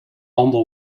ander